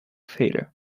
failure